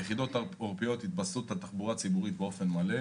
יחידות עורפיות יתבססו על תחבורה ציבורית באופן מלא.